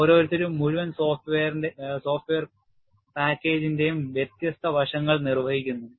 ഓരോരുത്തരും മുഴുവൻ സോഫ്റ്റ്വെയർ പാക്കേജിന്റെയും വ്യത്യസ്ത വശങ്ങൾ നിർവ്വഹിക്കുന്നു